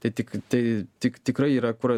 tai tik tai tik tikrai yra kur